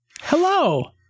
Hello